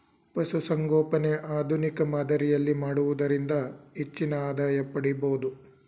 ಪಶುಸಂಗೋಪನೆ ಆಧುನಿಕ ಮಾದರಿಯಲ್ಲಿ ಮಾಡುವುದರಿಂದ ಹೆಚ್ಚಿನ ಆದಾಯ ಪಡಿಬೋದು